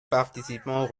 participant